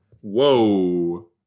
Whoa